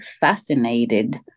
fascinated